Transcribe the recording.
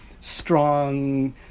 strong